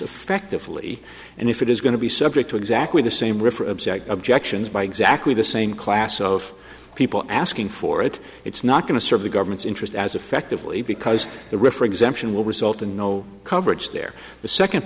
effectively and if it is going to be subject to exactly the same objections by exactly the same class of people asking for it it's not going to serve the government's interest as effectively because the riff or exemption will result in no coverage there the second